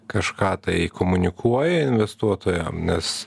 kažką tai komunikuoja investuotojam nes